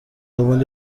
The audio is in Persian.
دنبال